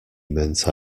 meant